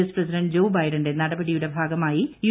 S president Joe ബൈഡന്റെ നടപടിയുടെ ഭാഗമായി യു